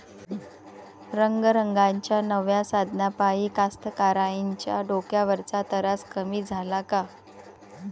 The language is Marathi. रंगारंगाच्या नव्या साधनाइपाई कास्तकाराइच्या डोक्यावरचा तरास कमी झाला का?